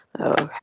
Okay